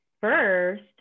first